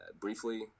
briefly